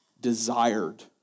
desired